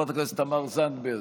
חברת הכנסת תמר זנדברג,